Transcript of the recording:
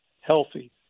healthy